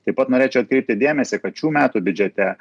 taip pat norėčiau atkreipti dėmesį kad šių metų biudžete